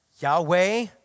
Yahweh